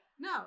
No